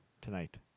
Tonight